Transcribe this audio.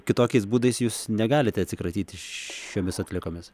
kitokiais būdais jūs negalite atsikratyti šiomis atliekomis